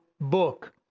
book